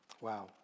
Wow